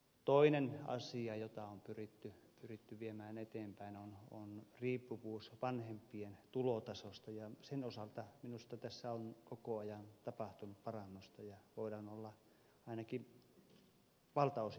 toinen asia jota on pyritty viemään eteenpäin on riippumattomuus vanhempien tulotasosta ja sen osalta minusta tässä on koko ajan tapahtunut parannusta ja voidaan olla ainakin valtaosin tyytyväisiä